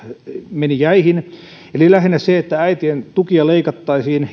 meni jäihin eli lähinnä se että äitien tukia leikattaisiin